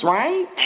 right